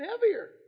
heavier